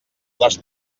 les